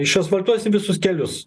išasfaltuosim visus kelius